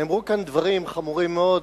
נאמרו כאן דברים חמורים מאוד.